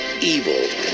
Evil